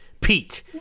Pete